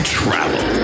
travel